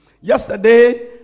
Yesterday